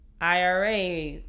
IRA